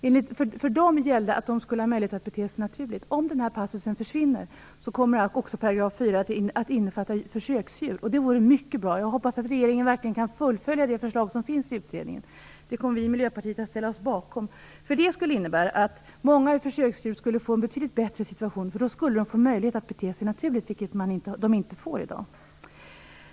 För dessa djur gällde att de skulle ha möjlighet att bete sig naturligt. Om denna passus försvinner kommer 4 § att innefatta även försöksdjur, vilket vore mycket bra. Jag hoppas att regeringen verkligen kan fullfölja det förslag som finns i utredningen. Det kommer vi i Miljöpartiet att ställa oss bakom. Det skulle innebära att många försöksdjur skulle få en betydligt bättre situation. Då skulle de nämligen få möjlighet att bete sig naturligt, vilket de inte får i dag.